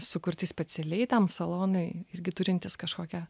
sukurti specialiai tam salonai irgi turintys kažkokią